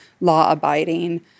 law-abiding